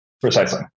Precisely